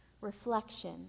reflection